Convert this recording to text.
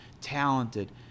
talented